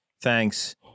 Thanks